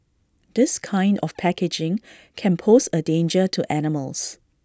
this kind of packaging can pose A danger to animals